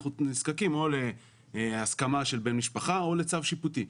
אנחנו נזקקים להסכמה של בן משפחה או לצו שיפוטי.